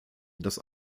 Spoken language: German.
das